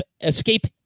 escape